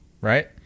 right